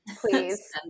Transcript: Please